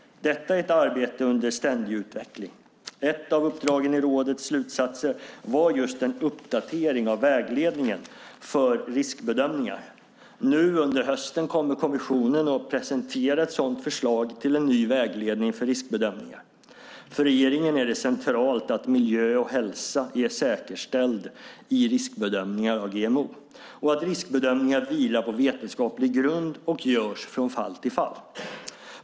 Detta är ett arbete under ständig utveckling. Ett av uppdragen i rådets slutsatser var just en uppdatering av vägledningen för riskbedömningar. Nu under hösten kommer kommissionen att presentera ett sådant förslag till en ny vägledning för riskbedömningar. För regeringen är det centralt att miljö och hälsa är säkerställd i riskbedömningar av GMO och att riskbedömningar vilar på vetenskaplig grund och görs från fall till fall.